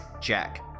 jack